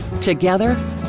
Together